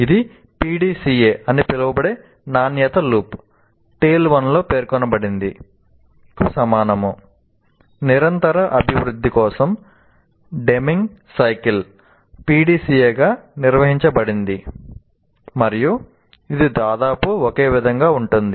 ఇది PDCA అని పిలువబడే నాణ్యత లూప్ PDCA గా నిర్వచించబడింది మరియు ఇది దాదాపు ఒకే విధంగా ఉంటుంది